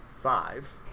five